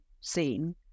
scene